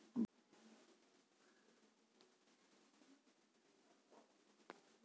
बागवानी उत्पादन में लगभग सोलाह प्रतिशत हिस्सा कटाई के बाद बर्बाद होबो हइ